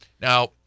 Now